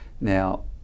Now